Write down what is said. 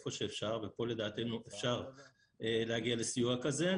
איפה שאפשר ופה לדעתנו אפשר להגיע לסיוע כזה.